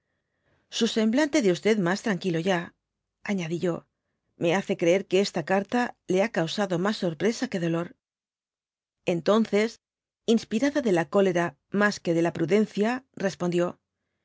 su semblante de más tranquilo ya añadí yo me hace creer que esta carta le ha cansado mas sorpresa que dolor entonces inspirada de la cólera mas que de la prudencia respondió